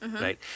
right